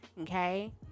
okay